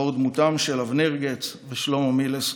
לאור דמותם של אבנר גץ ושלמה מילס,